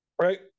right